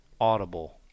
audible